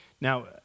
Now